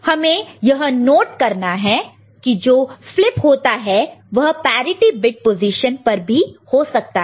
हमें यह नोट करना है कि जो फ्लिप होता है वह पैरिटि बिट पोजीशन पर भी हो सकता है